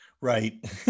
right